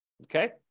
Okay